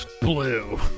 Blue